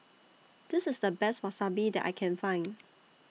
This IS The Best Wasabi that I Can Find